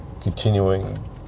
continuing